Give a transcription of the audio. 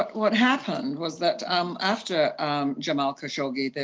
what happened was that um after um jamal khashoggi,